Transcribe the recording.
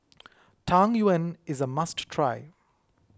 Tang Yuen is a must try